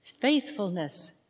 faithfulness